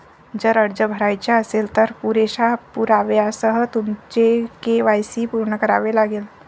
जर अर्ज भरायचा असेल, तर पुरेशा पुराव्यासह तुमचे के.वाय.सी पूर्ण करावे लागेल